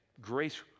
Grace